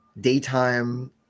daytime